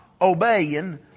obeying